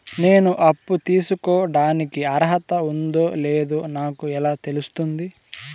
నేను అప్పు తీసుకోడానికి అర్హత ఉందో లేదో నాకు ఎలా తెలుస్తుంది?